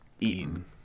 eaten